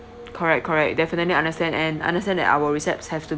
correct correct definitely understand and understand that our receps have to